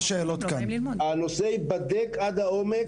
הנושא ייבדק לעומק.